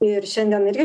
ir šiandien irgi